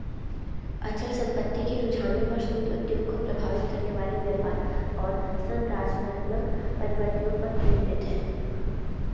अचल संपत्ति के रुझानों पर शोध उद्योग को प्रभावित करने वाले व्यापार और संरचनात्मक परिवर्तनों पर केंद्रित है